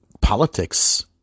politics